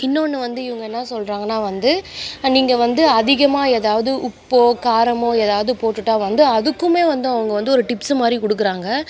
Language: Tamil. இன்னொன்னு வந்து இவங்க என்ன சொல்கிறாங்கன்னா வந்து நீங்கள் வந்து அதிகமாக ஏதாவது உப்போ காரமோ ஏதாவது போட்டுவிட்டா வந்து அதுக்குமே வந்து அவங்க வந்து ஒரு டிப்ஸு மாதிரி கொடுக்குறாங்க